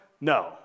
No